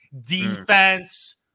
defense